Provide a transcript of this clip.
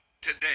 today